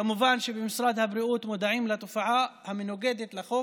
כמובן שבמשרד הבריאות מודעים לתופעה המנוגדת לחוק